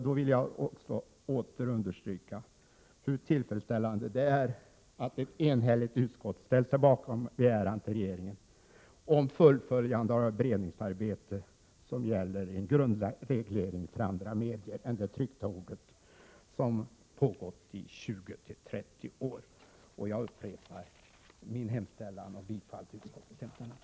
Jag vill återigen understryka hur tillfredsställande det är att ett enhälligt utskott ställt sig bakom begäran till regeringen om fullföljande av det beredningsarbete som gäller en grundlagsreglering för andra medier än det tryckta ordet som pågått i 20-30 år. Jag upprepar mitt yrkande om bifall till utskottets hemställan.